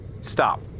stop